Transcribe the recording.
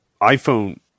iPhone